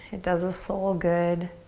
it does a soul good